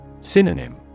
Synonym